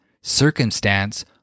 circumstance